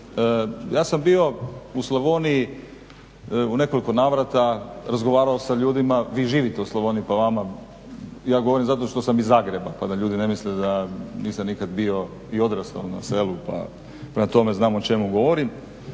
ja sam bio u Slavoniji u nekoliko navrata, razgovarao sa ljudima, vi živite u Slavoniji pa vama, ja govorim zato što sam iz Zagreba pa da ljudi ne misle da nisam nikada bio i odrastao na selu pa prema tome znam o čemu govorim.